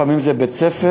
לפעמים זה ליד בית-ספר,